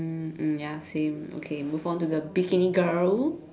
mm mm ya same okay move on to the bikini girl